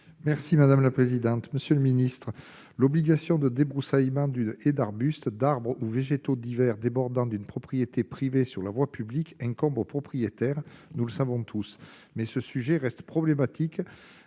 Merci madame la présidente, monsieur le ministre, l'obligation de débroussaillement d'une et d'arbustes d'arbres ou végétaux divers débordant d'une propriété privée sur la voie publique incombe au propriétaire, nous le savons tous mais ce sujet reste problématique